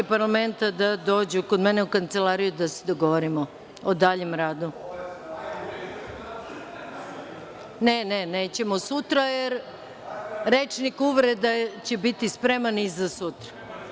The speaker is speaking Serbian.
parlamenta da dođu kod mene u kancelariju, da se dogovorimo o daljem radu. (Marijan Rističević: Sutra?) Ne, nećemo sutra, jer rečnik uvreda će biti spreman i za sutra.